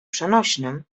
przenośnym